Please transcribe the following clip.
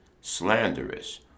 slanderous